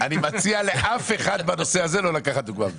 בנושא הזה אני מציע לא לקחת דוגמה ממני.